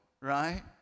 right